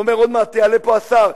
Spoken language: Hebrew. ואומר: עוד מעט יעלה פה השר,